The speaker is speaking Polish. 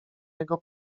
jego